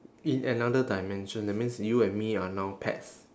in another dimension that means you and me are now pets